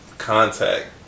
contact